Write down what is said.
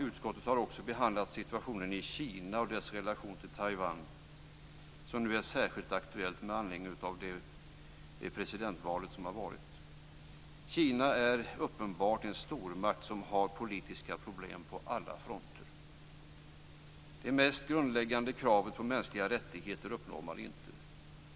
Utskottet har också behandlat situationen i Kina och relationen till Taiwan som nu är särskilt aktuell med anledning av presidentvalet. Kina är uppenbarligen en stormakt som har politiska problem på alla fronter. De mest grundläggande kraven på mänskliga rättigheter uppnår man inte.